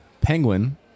penguin